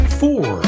four